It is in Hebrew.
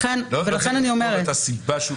לכן אני אומרת: אנחנו רוצים --- לא צריך לכתוב את הסיבה.